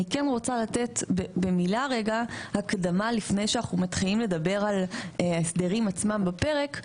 אני רוצה לתת הקדמה לפני שאנחנו מתחילים לדבר על ההסדרים עצמם בפרק,